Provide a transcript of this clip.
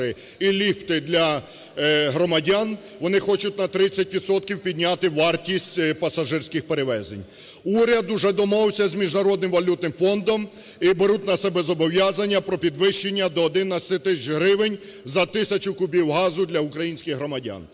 і ліфти для громадян, вони хочуть на 30 відсотків підняти вартість пасажирських перевезень. Уряд вже домовився з Міжнародним валютним фондом і беруть на себе зобов'язання про підвищення до 11 тисяч гривень за тисячу кубів газу для українських громадян.